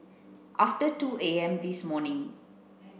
after two A M this morning